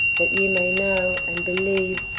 that ye may know, and believe,